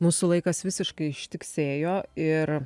mūsų laikas visiškai ištiksėjo ir